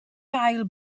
gael